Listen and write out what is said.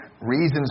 reasons